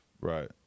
Right